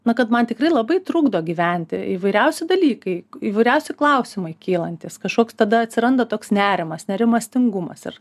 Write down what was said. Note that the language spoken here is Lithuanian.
na kad man tikrai labai trukdo gyventi įvairiausi dalykai įvairiausi klausimai kylantys kažkoks tada atsiranda toks nerimas nerimastingumas ir